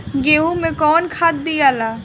गेहूं मे कौन खाद दियाला?